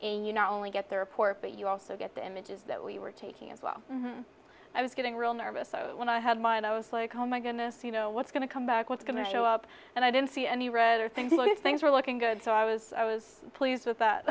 a you know only get the report but you also get the images that we were taking as well i was getting real nervous so when i had mine i was like oh my goodness you know what's going to come back what's going to show up and i didn't see any red or things you know if things were looking good so i was i was pleased with that